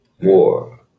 War